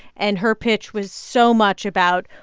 and her pitch was so much about,